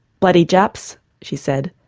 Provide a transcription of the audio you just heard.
bloody japs! she said,